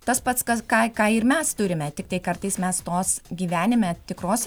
tas pats kas ką ką ir mes turime tiktai kartais mes tos gyvenime tikros